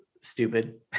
stupid